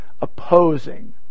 opposing